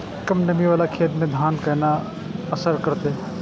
कम नमी वाला खेत में धान केना असर करते?